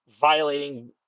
violating